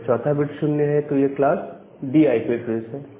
अगर चौथा बिट 0 है ये क्लास D आईपी एड्रेस है